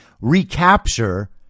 recapture